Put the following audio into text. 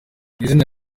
izina